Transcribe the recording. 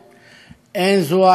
אין זו העת לחנינות.